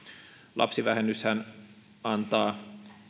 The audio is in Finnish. lapsivähennyshän antaa